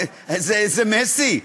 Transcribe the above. זה מסי?